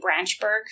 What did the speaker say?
Branchburg